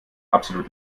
absolut